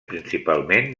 principalment